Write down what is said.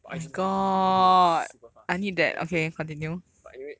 I just super fast damn pro but anyway